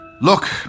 Look